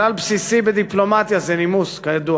כלל בסיסי בדיפלומטיה זה נימוס, כידוע.